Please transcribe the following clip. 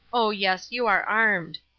oh, yes, you are armed.